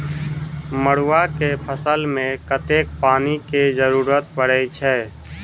मड़ुआ केँ फसल मे कतेक पानि केँ जरूरत परै छैय?